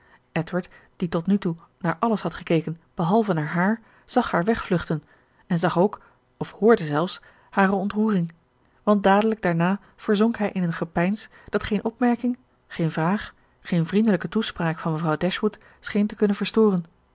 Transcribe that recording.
edward die tot nu toe naar alles had gekeken behalve naar haar zag haar wegvluchten en zag ook of hoorde zelfs hare ontroering want dadelijk daarna verzonk hij in een gepeins dat geene opmerking geen vraag geen vriendelijke toespraak van mevrouw dashwood scheen te kunnen verstoren